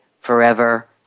forever